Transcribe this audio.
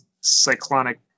cyclonic